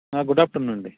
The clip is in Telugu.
గుడ్ ఆఫ్టర్నూన్ అండి